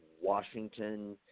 Washington